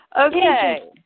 Okay